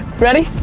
ready?